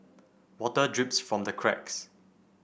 water drips from the cracks